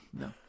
no